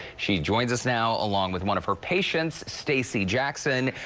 she joins us now along with one of her patients, stacy jackson.